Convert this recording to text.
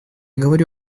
говорю